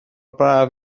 braf